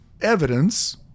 evidence